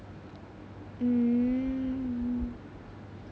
hmm